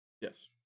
Yes